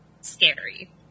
scary